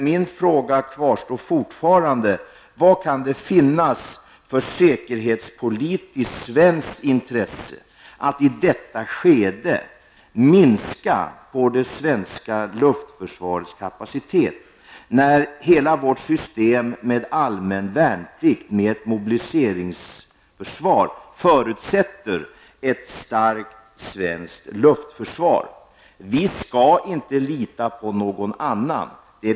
Min fråga kvarstår fortfarande: Vilket säkerhetspolitiskt svenskt intresse finns för att i detta skede minska på det svenska luftförsvarets kapacitet, när hela vårt system med allmän värnplikt och ett mobiliseringsförsvar förutsätter ett starkt svenskt luftförsvar? Vi skall inte lita på någon annan.